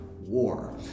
war